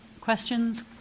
Questions